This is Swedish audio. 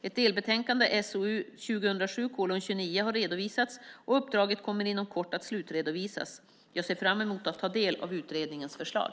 Ett delbetänkande, SOU 2007:29, har redovisats och uppdraget kommer inom kort att slutredovisas. Jag ser fram emot att ta del av utredningens förslag.